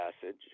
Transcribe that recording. passage